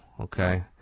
okay